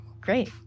Great